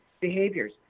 behaviors